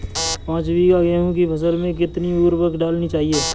पाँच बीघा की गेहूँ की फसल में कितनी उर्वरक डालनी चाहिए?